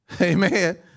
Amen